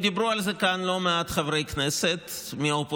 דיברו על זה כאן לא מעט חברי כנסת מהאופוזיציה,